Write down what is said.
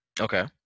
okay